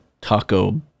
taco